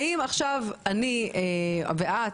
האם עכשיו אני ואת,